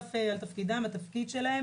בנוסף על תפקידן האחר,